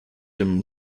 him